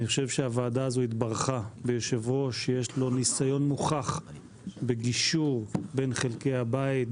הוועדה הזו התברכה ביושב-ראש שיש לו ניסיון מוכח בגישור בין חלקי הבית,